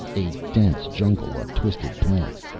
a dense jungle of twisted plants.